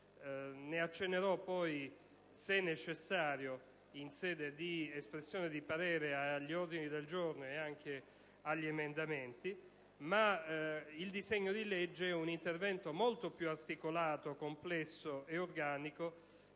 ne accennerò poi, se necessario, in sede di espressione di parere sugli ordini del giorno e sugli emendamenti. Tale disegno di legge rappresenta un intervento molto più articolato, complesso e organico,